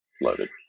Loaded